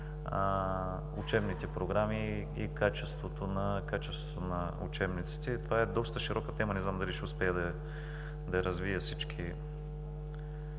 учебните програми и качеството на учебниците. Това е доста широка тема, не знам дали ще успея да развия всички